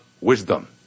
wisdom